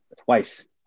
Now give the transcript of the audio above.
Twice